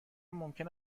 ممکن